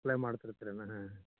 supply ಮಾಡ್ತಿರ್ತೀರೇನು ಹಾಂ